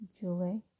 Julie